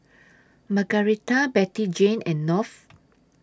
Margarita Bettyjane and North